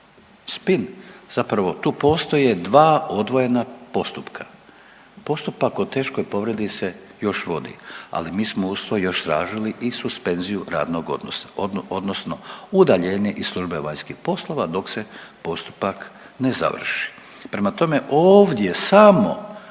spin zapravo tu postoje dva odvojena postupka. Postupak o teškoj povredi se još vodi, ali mi smo uz to još tražili i suspenziju radnog odnosa odnosno udaljenje iz službe vanjskih poslova dok se postupak ne završi. Prema tome, ovdje samo